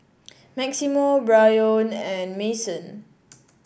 Maximo Brion and Mason